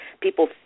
People